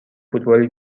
فوتبالی